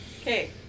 Okay